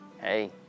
hey